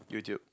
YouTube